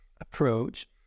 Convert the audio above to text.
approach